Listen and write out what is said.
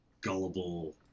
gullible